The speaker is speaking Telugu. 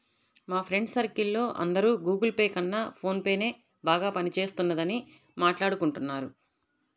మా ఫ్రెండ్స్ సర్కిల్ లో అందరూ గుగుల్ పే కన్నా ఫోన్ పేనే బాగా పని చేస్తున్నదని మాట్టాడుకుంటున్నారు